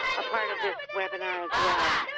a part of this webinar as well,